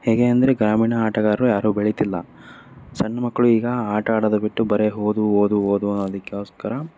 ಹೇಗೆ ಅಂದರೆ ಗ್ರಾಮೀಣ ಆಟಗಾರರು ಯಾರೂ ಬೆಳೆತಿಲ್ಲ ಸಣ್ಣ ಮಕ್ಕಳು ಈಗ ಆಟ ಆಡೋದು ಬಿಟ್ಟು ಬರೇ ಓದು ಓದು ಓದು ಅದಕ್ಕೋಸ್ಕರ